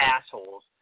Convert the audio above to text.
assholes